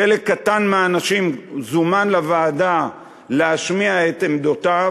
חלק קטן מהאנשים זומנו לוועדה להשמיע את עמדותיהם,